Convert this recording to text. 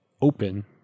open